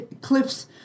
cliffs